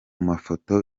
mafoto